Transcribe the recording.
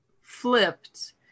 flipped